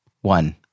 One